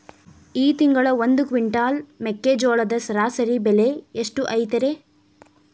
ಈ ತಿಂಗಳ ಒಂದು ಕ್ವಿಂಟಾಲ್ ಮೆಕ್ಕೆಜೋಳದ ಸರಾಸರಿ ಬೆಲೆ ಎಷ್ಟು ಐತರೇ?